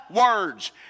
words